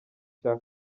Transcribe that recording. cya